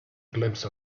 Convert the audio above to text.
glimpse